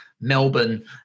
Melbourne